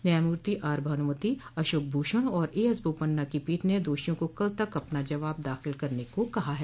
न्यायमूर्ति आर भानुमति अशोक भूषण और A S Bopanna की पीठ ने दोषियों को कल तक अपना जवाब दाखिल करने को कहा है